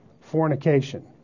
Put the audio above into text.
fornication